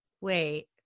wait